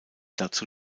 dazu